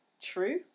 true